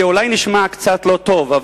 זה אולי נשמע קצת לא טוב,